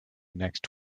next